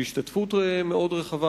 בהשתתפות מאוד רחבה,